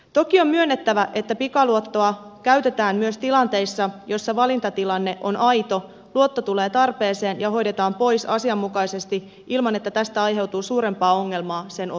toki on myönnettävä että pikaluottoa käytetään myös tilanteissa joissa valintatilanne on aito luotto tulee tarpeeseen ja hoidetaan pois asianmukaisesti ilman että tästä aiheutuu suurempaa ongelmaa sen ottajalle